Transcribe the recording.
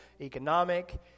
economic